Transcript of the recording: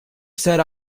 set